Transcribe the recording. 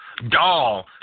doll